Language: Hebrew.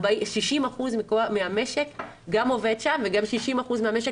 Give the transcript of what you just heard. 60% מהמשק גם עובד שם וגם 60% מהמשק